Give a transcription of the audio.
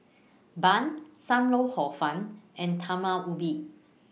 Bun SAM Lau Hor Fun and Talam Ubi